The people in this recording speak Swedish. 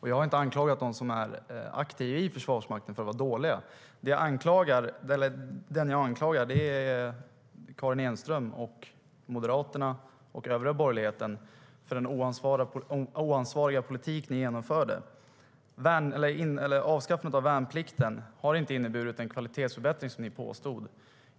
Jag har inte anklagat dem som är aktiva i Försvarsmakten för att vara dåliga. De jag anklagar är Karin Enström och Moderaterna, och den övriga borgerligheten, för den oansvariga politik de genomförde. Avskaffandet av värnplikten har inte inneburit den kvalitetsförbättring som ni påstod.